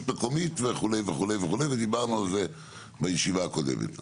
מקומית וכו' וכו' וכו' ודיברנו על זה בישיבה הקודמת.